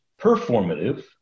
performative